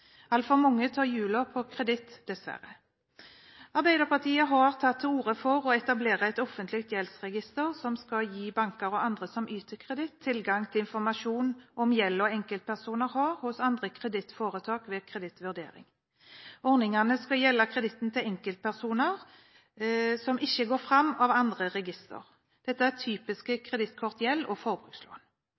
Altfor mange tar jula på kreditt, dessverre. Arbeiderpartiet har tatt til orde for å etablere et offentlig gjeldsregister som skal gi banker og andre som yter kreditt, tilgang til informasjon om gjelden enkeltpersoner har hos andre kredittforetak ved kredittvurderinger. Ordningen skal gjelde kreditten til enkeltpersoner som ikke går fram av andre register. Dette er typisk kredittkortgjeld og forbrukslån.